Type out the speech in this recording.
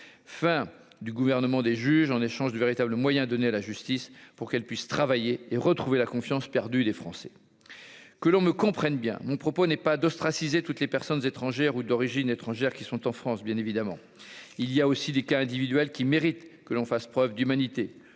fin du gouvernement des juges, en échange de véritables moyens donnés à la justice pour qu'elle puisse travailler et retrouver la confiance perdue des Français que l'on me comprenne bien mon propos n'est pas d'ostraciser toutes les personnes étrangères ou d'origine étrangère qui sont en France, bien évidemment, il y a aussi des cas individuels qui mérite que l'on fasse preuve d'humanité,